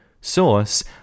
Source